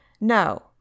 No